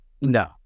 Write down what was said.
No